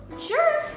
sure.